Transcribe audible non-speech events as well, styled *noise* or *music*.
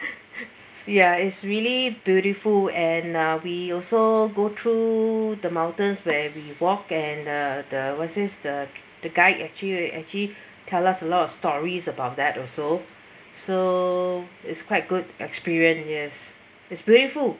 *laughs* ya it's really beautiful and uh we also go through the mountains where we walk and the the what's this the the guide actually actually tell us a lot of stories about that also so it's quite good experience yes is beautiful